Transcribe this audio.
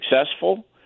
successful